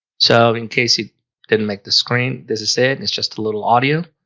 so in case you didn't make the screen this is it it's just a little audio